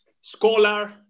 scholar